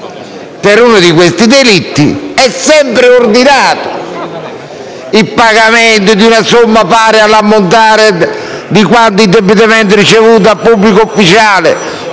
per uno di questi delitti è sempre ordinato il pagamento di una somma pari all'ammontare di quanto indebitamente ricevuto da pubblico ufficiale